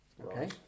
Okay